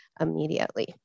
immediately